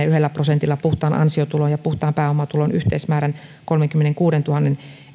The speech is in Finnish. yhdellä prosentilla puhtaan ansiotulon ja puhtaan pääomatulon yhteismäärän kolmekymmentäkuusituhatta